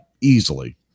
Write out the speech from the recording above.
easily